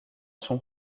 sont